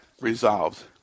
resolved